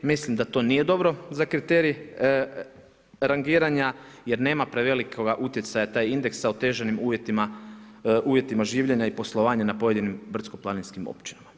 Mislim da to nije dobro za kriterij rangiranja jer nema prevelikoga utjecaja taj indeks sa otežanim uvjetima življenja i poslovanja na pojedinim brdsko-planinskim općinama.